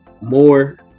more